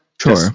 Sure